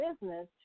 business